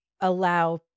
allow